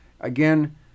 Again